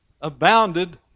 abounded